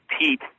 Pete